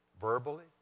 Verbally